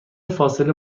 فاصله